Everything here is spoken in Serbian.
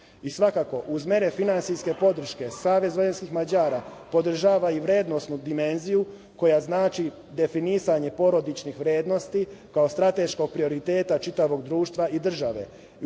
zakona. Svakako, uz mere finansijske podrške, Savez vojvođanskih Mađara podržava i vrednosnu dimenziju koja znači definisanje porodičnih vrednosti, kao strateškog prioriteta čitavog društva i države.